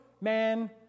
man